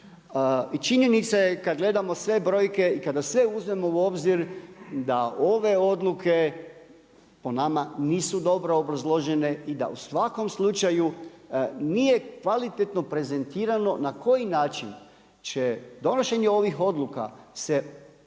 i činjenica je kada gledamo sve brojke i kada sve uzmemo u obzir da ove odluke o nama nisu dobro obrazložene i da u svakom slučaju, nije kvalitetno prezentirano na koji način će donošenje ovih odluka se odraziti